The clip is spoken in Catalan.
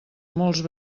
molt